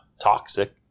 toxic